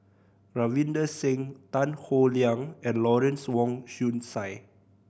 Ravinder Singh Tan Howe Liang and Lawrence Wong Shyun Tsai